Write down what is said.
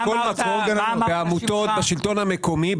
בעמותות בשלטון המקומי,